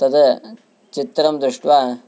तद् चित्रं दृष्ट्वा